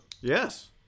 yes